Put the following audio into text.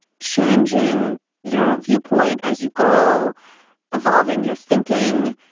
changing your viewpoint as you go evolving your thinking.